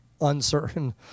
uncertain